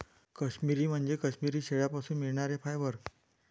काश्मिरी म्हणजे काश्मिरी शेळ्यांपासून मिळणारे फायबर